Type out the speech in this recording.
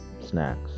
snacks